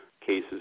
cases